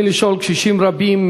קשישים רבים,